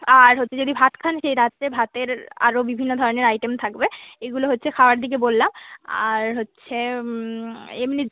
আর হচ্ছে যদি ভাত খান সেই রাত্রে ভাতের আরও বিভিন্ন ধরনের আইটেম থাকবে এগুলো হচ্ছে খাওয়ার দিকে বললাম আর হচ্ছে এমনি